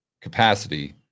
capacity